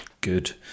good